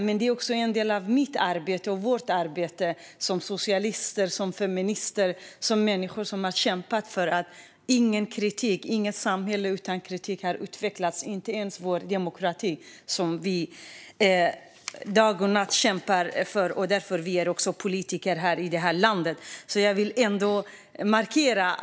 Men det är också en del av mitt och vårt arbete som socialister, feminister och människor som har kämpat. Inget samhälle har utvecklats utan kritik, inte ens vår demokrati som vi kämpar för dag och natt. Det är också därför vi är politiker i det här landet.